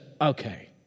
okay